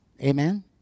Amen